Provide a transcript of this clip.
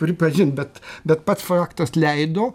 pripažint bet bet pats faktas leido